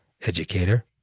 educator